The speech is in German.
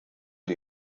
die